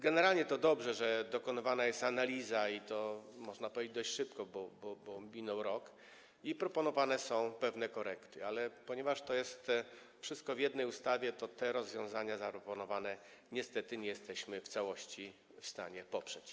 Generalnie to dobrze, że dokonywana jest analiza i to, można powiedzieć, dość szybko, bo minął rok i proponowane są pewne korekty, ale ponieważ to jest wszystko w jednej ustawie, to zaproponowanych rozwiązań niestety nie jesteśmy w całości w stanie poprzeć.